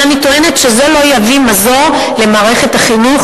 אבל אני טוענת שזה לא יביא מזור למערכת החינוך,